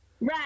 Right